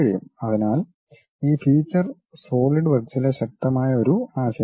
അതിനാൽ ഈ feature solid വർക്ക്സിലെ ശക്തമായ ഒരു ആശയമാണ്